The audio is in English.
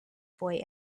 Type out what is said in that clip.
boy